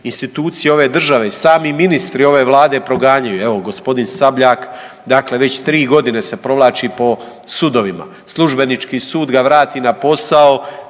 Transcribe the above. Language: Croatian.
institucije ove države i sami ministri ove Vlade proganjanju. Evo gospodin Sabljak, dakle već tri godine se povlači po sudovima. Službenički sud ga vrati na posao,